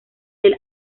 del